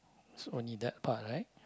so only that part right